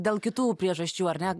dėl kitų priežasčių ar ne